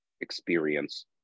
experience